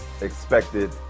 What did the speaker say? expected